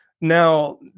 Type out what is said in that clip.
Now